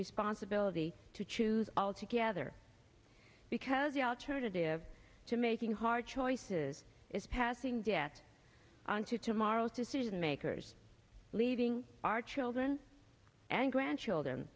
responsibility to choose altogether because the alternative to making hard choices is passing debt onto tomorrow's decision makers leaving our children and grandchildren